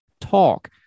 talk